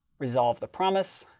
resolve the promise.